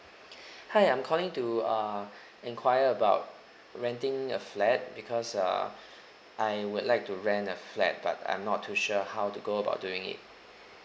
hi I'm calling to uh enquire about renting a flat because uh I would like to rent a flat but I'm not too sure how to go about doing it